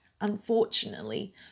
unfortunately